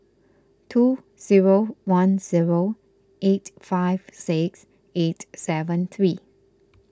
two zero one zero eight five six eight seven three